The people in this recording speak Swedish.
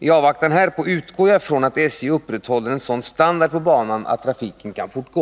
I avvaktan härpå utgår jag från att SJ upprätthåller en sådan standard på banan att trafiken kan fortgå.